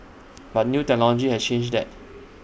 but new technology has changed that